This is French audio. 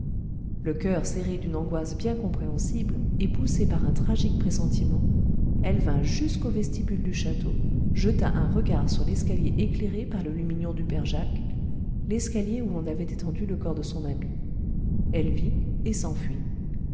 le cœur serré d'une angoisse bien compréhensible et poussée par un tragique pressentiment elle vint jusqu'au vestibule du château jeta un regard sur l'escalier éclairé par le lumignon du père jacques l'escalier où l'on avait étendu le corps de son ami elle vit et s'enfuit